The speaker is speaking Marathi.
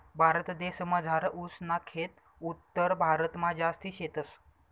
भारतदेसमझार ऊस ना खेत उत्तरभारतमा जास्ती शेतस